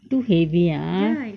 too heavy ya !huh!